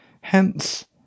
Hence